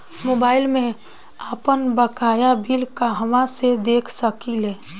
Mobile में आपनबकाया bill कहाँसे देख सकिले?